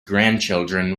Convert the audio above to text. grandchildren